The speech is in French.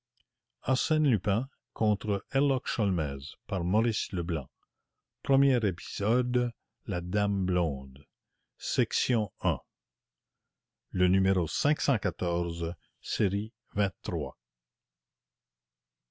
arsène lupin alors qui la dame blonde